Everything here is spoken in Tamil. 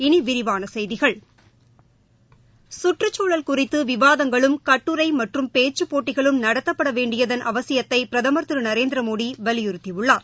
இனி விரிவான செய்திகள் கற்றுக்குழல் குறித்து விவாதங்களும் கட்டுரை மற்றும் பேச்சுப் போட்டிகளும் நடத்தப்பட வேண்டியதன் அவசியத்தை பிரதமர் திரு நரேந்திரமோடி வலியுறுத்தியுள்ளார்